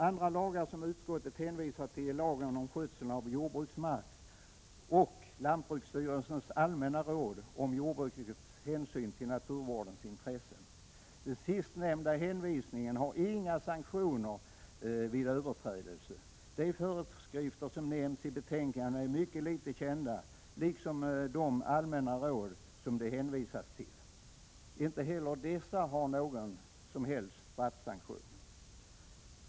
Andra lagar som utskottet hänvisar till är lagen om skötsel av jordbruksmark och lantbruksstyrelsens allmänna råd om jordbrukets hänsyn till naturvårdens intressen. De sistnämnda råden är inte åtföljda av några sanktioner vid överträdelse. De särskilda föreskrifter som nämns i betänkandet är mycket litet kända liksom de allmänna råden. Inte heller dessa innehåller någon straffsanktion.